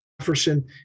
Jefferson